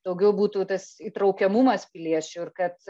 daugiau būtų tas įtraukiamumas piliečių ir kad